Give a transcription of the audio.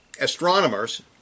astronomers